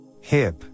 Hip